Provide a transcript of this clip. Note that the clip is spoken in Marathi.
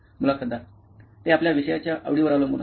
मुलाखतदार ते आपल्या विषयाच्या आवडीवर अवलंबून असते